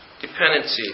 dependency